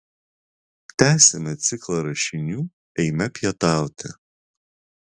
tęsiame ciklą rašinių eime pietauti